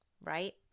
right